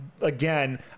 again